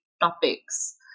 topics